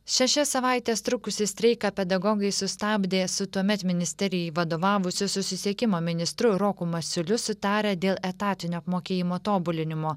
šešias savaites trukusį streiką pedagogai sustabdė su tuomet ministerijai vadovavusiu susisiekimo ministru roku masiuliu sutarę dėl etatinio apmokėjimo tobulinimo